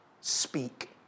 speak